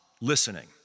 listening